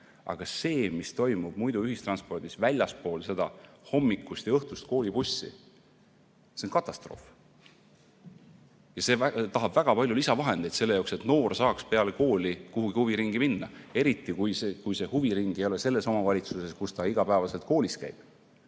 aga see, mis toimub ühistranspordis väljaspool hommikust ja õhtust koolibussi [sõiduaega], on katastroof. See tahab väga palju lisavahendeid selle jaoks, et noor saaks peale kooli kuhugi huviringi minna, eriti kui see huviring ei ole selles omavalitsuses, kus ta igapäevaselt koolis käib.